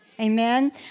Amen